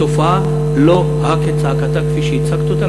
התופעה היא לא כצעקתה כפי שהצגת אותה,